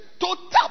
total